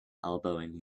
elbowing